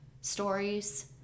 stories